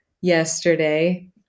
yesterday